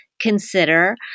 consider